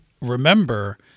remember